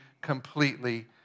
completely